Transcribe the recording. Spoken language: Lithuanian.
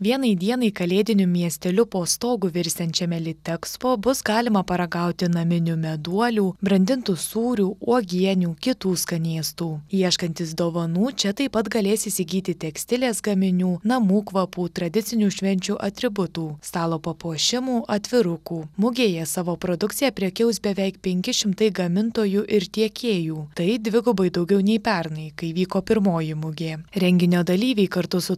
vienai dienai kalėdiniu miesteliu po stogu virsiančiame litexpo bus galima paragauti naminių meduolių brandintų sūrių uogienių kitų skanėstų ieškantys dovanų čia taip pat galės įsigyti tekstilės gaminių namų kvapų tradicinių švenčių atributų stalo papuošimų atvirukų mugėje savo produkcija prekiaus beveik penki šimtai gamintojų ir tiekėjų tai dvigubai daugiau nei pernai kai vyko pirmoji mugė renginio dalyviai kartu su